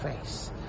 face